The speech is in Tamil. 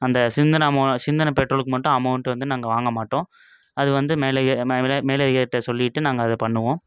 அந்த சிந்துன சிந்துன பெட்ரோலுக்கு மட்டும் அமௌண்ட்டு வந்து நாங்கள் வாங்க மாட்டோம் அது வந்து மேலே மேலதிகாரிட்ட சொல்லிட்டு நாங்கள் அதை பண்ணுவோம்